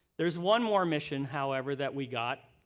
there's one more mission, however that we got,